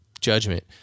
judgment